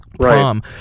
prom